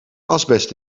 asbest